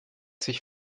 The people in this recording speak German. sich